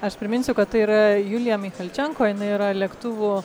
aš priminsiu kad tai yra julija michalčenko jinai yra lėktuvų